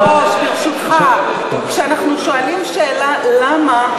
אדוני היושב-ראש, ברשותך, כשאנחנו שואלים: למה?,